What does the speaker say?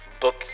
Book